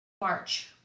March